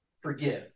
forgive